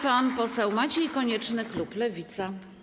Pan poseł Maciej Konieczny, klub Lewica.